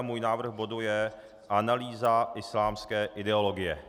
Můj návrh bodu je Analýza islámské ideologie.